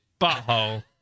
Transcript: butthole